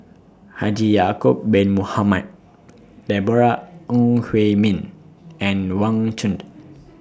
Haji Ya'Acob Bin Mohamed Deborah Ong Hui Min and Wang Chunde